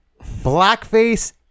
blackface